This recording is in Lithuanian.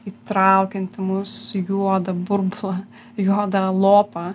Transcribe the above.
įtraukiantį mus juodą burbulą juodą lopą